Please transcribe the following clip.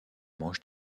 mangent